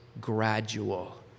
gradual